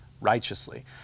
righteously